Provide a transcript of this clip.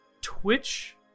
twitch